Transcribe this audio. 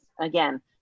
again